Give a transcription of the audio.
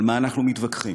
על מה אנחנו מתווכחים?